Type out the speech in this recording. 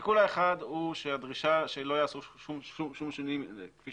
שיקול אחד הוא הדרישה שלא ייעשו שום שינויים, כפי